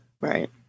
Right